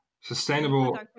sustainable